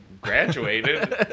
graduated